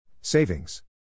Savings